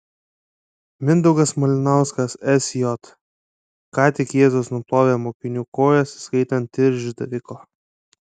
mindaugas malinauskas sj ką tik jėzus nuplovė mokinių kojas įskaitant ir išdaviko